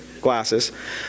glasses